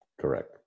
Correct